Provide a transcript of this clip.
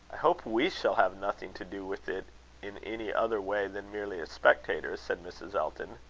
i hope we shall have nothing to do with it in any other way than merely as spectators? said mrs. elton.